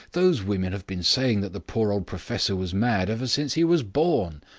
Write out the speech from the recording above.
those women have been saying that the poor old professor was mad ever since he was born.